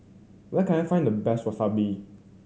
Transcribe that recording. where can I find the best Wasabi